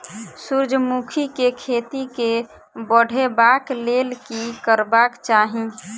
सूर्यमुखी केँ खेती केँ बढ़ेबाक लेल की करबाक चाहि?